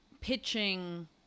pitching